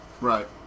Right